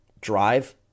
drive